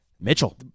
Mitchell